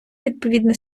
відповідне